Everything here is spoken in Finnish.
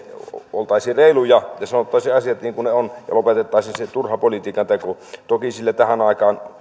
oltaisiin reiluja ja sanottaisiin asiat niin kuin ne ovat ja lopetettaisiin se turha politiikanteko toki sille tähän aikaan